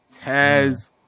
Taz